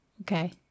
Okay